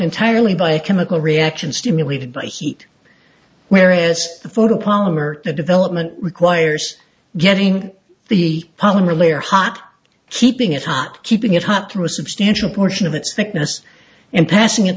entirely by a chemical reaction stimulated by heat whereas the photo polymer the development requires getting the pollen relayer hot keeping it hot keeping it hot through a substantial portion of its thickness and passing it